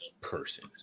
person